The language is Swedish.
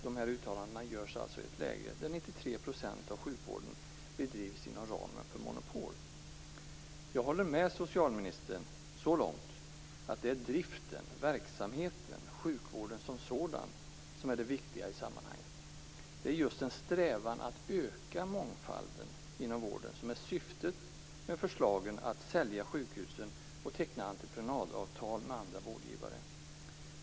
Dessa uttalanden görs i ett läge där 93 % av sjukvården bedrivs inom ramen för monopol. Jag håller med socialministern så långt att det är driften, verksamheten, sjukvården som sådan, som är det viktiga i sammanhanget. Det är just en strävan att öka mångfalden inom vården som är syftet med förslagen att sälja sjukhusen och teckna entreprenadavtal med andra vårdgivare.